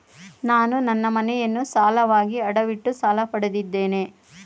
ನಾನು ನನ್ನ ಮನೆಯನ್ನು ಸಾಲವಾಗಿ ಅಡವಿಟ್ಟು ಸಾಲ ಪಡೆದಿದ್ದೇನೆ